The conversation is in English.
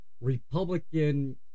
Republican